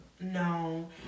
No